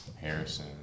Harrison